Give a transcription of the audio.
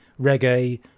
reggae